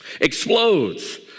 explodes